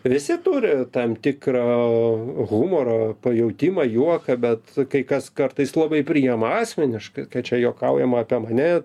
visi turi tam tikrą o humoro pajautimą juoką bet kai kas kartais labai priima asmeniškai kad čia juokaujama apie mane